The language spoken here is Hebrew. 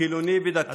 חילוני לדתי.